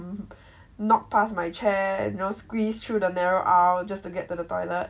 knock pass my chair you know squeeze through the narrow aisle just to get to the toilet